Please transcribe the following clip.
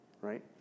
right